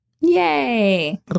Yay